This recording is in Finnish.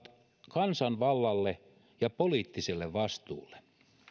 kansanvallalle ja poliittiselle vastuulle